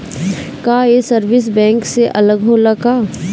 का ये service bank से अलग होला का?